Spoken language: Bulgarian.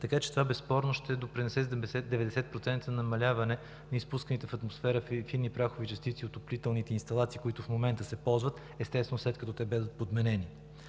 така че това безспорно ще допринесе със 70 – 90% намаляване на изпусканите в атмосферата фини прахови частици от отоплителните инсталации, които в момента се ползват, естествено, след като бъдат подменени.